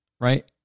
right